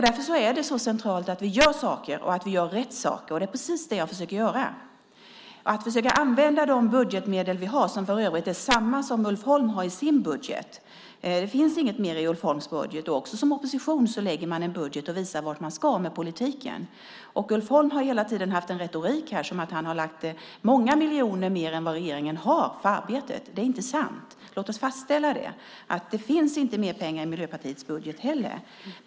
Därför är det så centralt att vi gör saker och att vi gör rätt saker, och det är precis det jag försöker göra, nämligen att försöka använda de budgetmedel vi har på ett bra sätt. Budgetmedlen är för övrigt desamma som Ulf Holm har i sin budget. Det finns inget mer i Ulf Holms budget, och också i oppositionsställning lägger man fram en budget och visar vart man ska med politiken. Ulf Holm har hela tiden använt en sådan retorik här som om han hade avsatt många miljoner mer än vad regeringen har för arbetet. Det är inte sant. Låt oss fastställa det. Det finns inte mer pengar i Miljöpartiets budget heller.